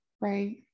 Right